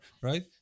right